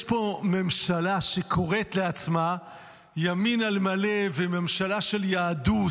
יש פה ממשלה שקוראת לעצמה ימין על מלא וממשלה של יהדות,